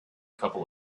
couple